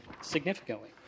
significantly